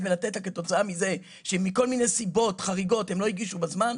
כתוצאה מזה שמכל מיני סיבות חריגות הם לא הגישו בזמן?